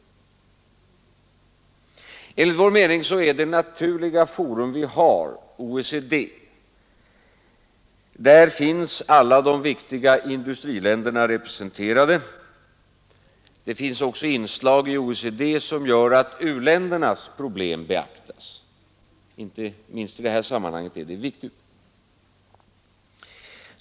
Enligt vår uppfattning är det naturliga forum vi har OECD. Där finns alla de viktiga industriländerna representerade. Det finns också inslag i OECD som gör att u-ländernas problem beaktas. Inte minst i detta sammanhang är det viktigt.